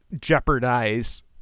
jeopardize